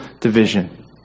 division